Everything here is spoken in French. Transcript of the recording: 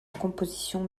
compositions